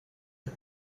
کرد